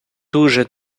дуже